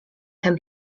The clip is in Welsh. pen